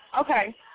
Okay